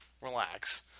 relax